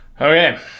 Okay